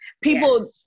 people